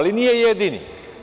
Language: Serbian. Nije jedini.